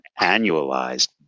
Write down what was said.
annualized